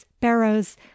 Barrows